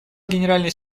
генеральный